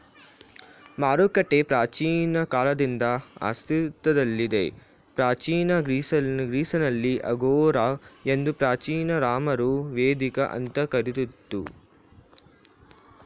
ಮಾರುಕಟ್ಟೆ ಪ್ರಾಚೀನ ಕಾಲದಿಂದ ಅಸ್ತಿತ್ವದಲ್ಲಿದೆ ಪ್ರಾಚೀನ ಗ್ರೀಸ್ನಲ್ಲಿ ಅಗೋರಾ ಎಂದು ಪ್ರಾಚೀನ ರೋಮರು ವೇದಿಕೆ ಅಂತ ಕರಿತಿದ್ರು